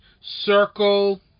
Circle